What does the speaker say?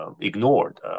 ignored